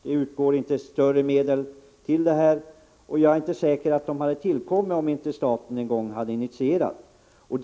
Det utgår i och för sig inte speciellt stora bidrag till verksamheten, men jag är inte säker på att medborgarvittnena hade tillkommit om inte staten en gång hade tagit initiativet till dem.